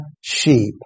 sheep